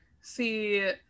see